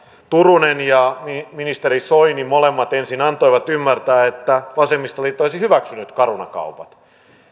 turunen ja ministeri soini molemmat ensin antoivat ymmärtää että vasemmistoliitto olisi hyväksynyt caruna kaupat